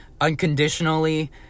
unconditionally